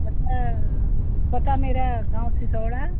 पता पता मेरा गाँव सीसौड़ा